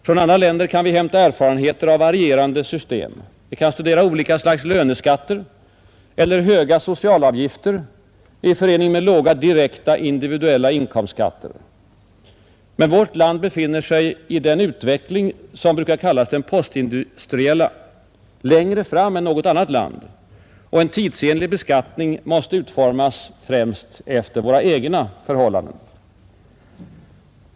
Från andra länder kan vi hämta erfarenheter av varierande system. Vi kan studera olika slags löneskatter eller höga socialavgifter i förening med låga direkta individuella inkomstskatter. Men vårt land befinner sig i den utveckling, som brukar kallas den postindustriella, längre fram än kanske något annat land. En tidsenlig beskattning måste utformas främst efter våra egna förhållanden.